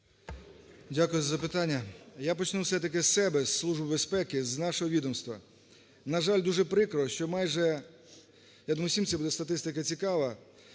Дякую за запитання. Я почну все-таки з себе, із Служби безпеки, з нашого відомства. На жаль, дуже прикро, що майже, я думаю, всім буде ця статистика цікава,